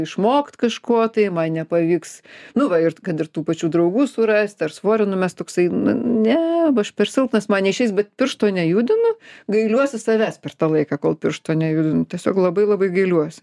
išmokt kažko tai man nepavyks nu va ir kad ir tų pačių draugų surasti ar svorio numest toksai ne aš per silpnas man neišeis bet piršto nejudinu gailiuosi savęs per tą laiką kol piršto nejudinu tiesiog labai labai gailiuosi